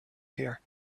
here